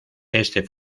este